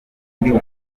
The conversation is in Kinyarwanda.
umuntu